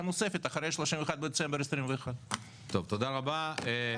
נוספת אחרי 31 בדצמבר 2021. תודה רבה.